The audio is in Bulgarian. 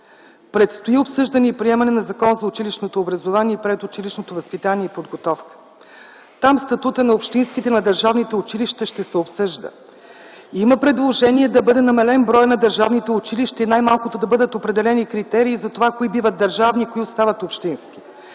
Предстои обсъждане и приемане на Закона за училищното образование и предучилищното възпитание и подготовка. Там статутът на общинските, на държавните училища ще се обсъжда. Има предложение да бъде намален броят на държавните училища и най-малкото да бъдат определени критериите за това кои биват държавни, които остават общински.